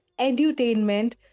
edutainment